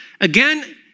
Again